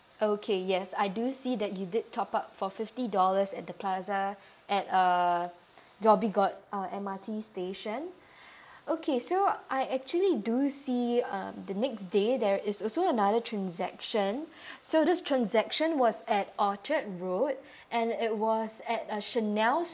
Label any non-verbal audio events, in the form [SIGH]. okay yes I do see that you did top up for fifty dollars at the plaza at uh dhoby ghaut uh M_R_T station [BREATH] okay so I actually do see um the next day there is also another transaction [BREATH] so this transaction was at orchard road and it was at uh Chanel